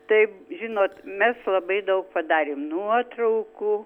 taip žinot mes labai daug padarėm nuotraukų